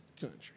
Country